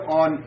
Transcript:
on